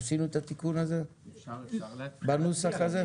עשינו את התיקון הזה בנוסח הזה?